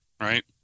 Right